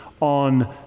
on